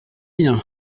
bien